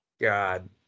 god